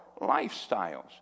lifestyles